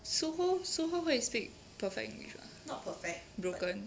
sue ho sue ho 会 speak perfect english broken